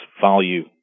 value